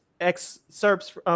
excerpts